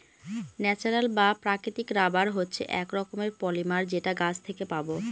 natural বা প্রাকৃতিক rubber হচ্ছে এক রকমের পলিমার যেটা গাছ থেকে পাবো